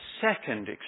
second